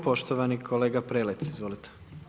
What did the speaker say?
Poštovani kolega Prelec, izvolite.